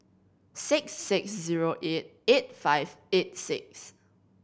six six zero eight eight five eight six